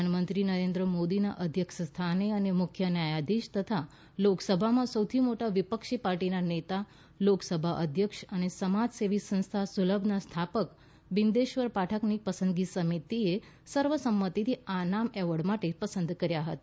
પ્રધાનમંત્રી નરેન્દ્ર મોદીના અધ્યક્ષ સ્થાને અને મુખ્ય ન્યાયાધીશ તથા લોકસભામાં સૌથી મોટા વિપક્ષી પાર્ટીના નેતા લોકસભા અધ્યક્ષ અને સમાજ સેવી સંસ્થા સુલભના સ્થાપક બિન્દેશ્વર પાઠકની પસંદગી સમિતિએ સર્વસંમતિથી આ નામ એવોર્ડ માટે પસંદ કર્યા હતા